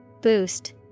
Boost